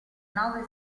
nove